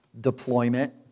deployment